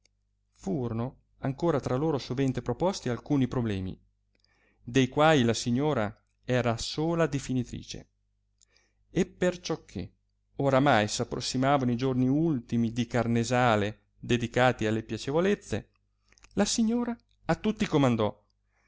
furono ancora tra loro sovente proposti alcuni problemi de quai la signora era sola difinitrice e per ciò che oramai s approssimavano i giorni ultimi di carnesale dedicati alle piacevolezze la signora a tutti comandò che